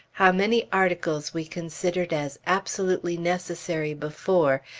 how many articles we considered as absolutely necessary, before,